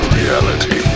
reality